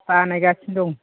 बानायगासिनो दं